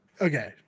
okay